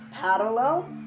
parallel